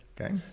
okay